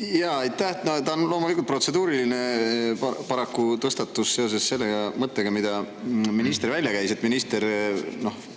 Jaa, aitäh! Loomulikult protseduuriline. Paraku tõstatus see seoses selle mõttega, mille minister välja käis. Minister